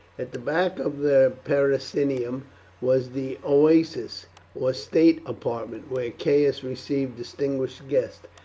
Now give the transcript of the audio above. at the back of the peristylium was the oecus, or state apartment, where caius received distinguished guests,